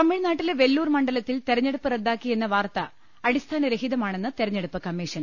തമിഴ്നാട്ടിലെ വെല്ലൂർ മണ്ഡലത്തിൽ തെരഞ്ഞെടുപ്പ് റദ്ദാക്കി യെന്ന വാർത്ത അടിസ്ഥാന രഹിതമാണെന്ന് തെരഞ്ഞെടുപ്പ് കമ്മീ ഷൻ